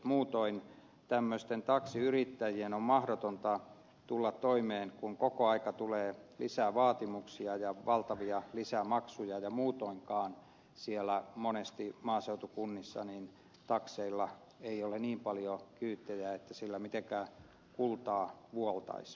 muutoin taksiyrittäjien on mahdotonta tulla toimeen kun koko ajan tulee lisää vaatimuksia ja valtavia lisämaksuja ja muutoinkaan monesti siellä maaseutukunnissa takseilla ei ole niin paljon kyytejä että sillä mitenkään kultaa vuoltaisiin